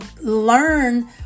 learn